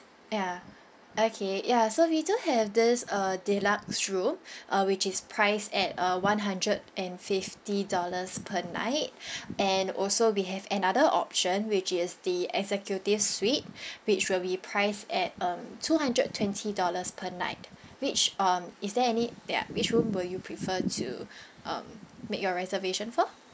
ya okay ya so we do have this uh deluxe room uh which is priced at uh one hundred and fifty dollars per night and also we have another option which is the executive suite which will be priced at um two hundred twenty dollars per night which um is there any ya which room will you prefer to um make your reservation for